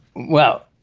well,